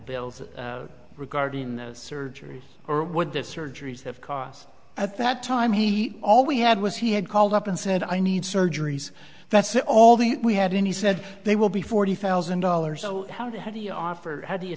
bills that regarding the surgeries or what the surgeries have cost at that time he all we had was he had called up and said i need surgeries that's all the we had and he said they will be forty thousand dollars so how do you